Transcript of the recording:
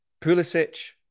Pulisic